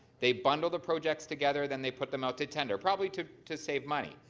they bundle the projects together then they put them out to tender probably to to save money.